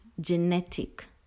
genetic